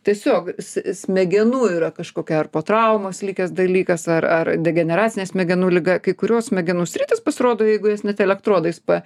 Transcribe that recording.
tiesiog se smegenų yra kažkokia ar po traumos likęs dalykas ar ar degeneracinė smegenų liga kai kurios smegenų sritys pasirodo jeigu jas net elektrodais pa